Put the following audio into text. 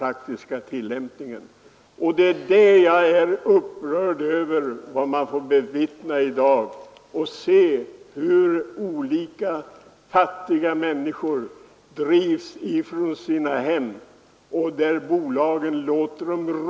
Vad jag är upprörd över är det man får bevittna i dag, nämligen hur olika fattiga människor drivs från sina hem, som bolagen sedan låter ruttna ner.